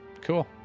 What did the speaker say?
Cool